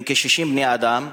הם כ-60 בני-אדם,